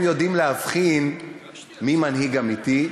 הם יודעים להבחין מי מנהיג אמיתי,